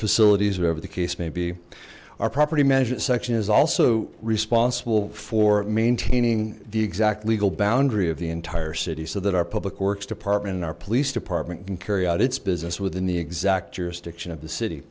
facilities or over the case may be our property management section is also responsible for maintaining the exact legal boundary of the entire city so that our public works department and our police department can carry out its business within the exact jurisdiction of the city